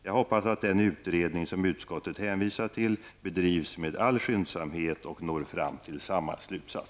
Jag hoppas att den utredning som utskottet hänvisar till bedrivs med all skyndsamhet och når fram till samma resultat.